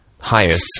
highest